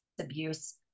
Abuse